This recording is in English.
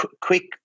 quick